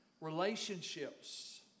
Relationships